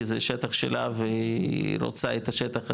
כי זה שטח שלה והיא רוצה את השטח הזה,